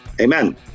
Amen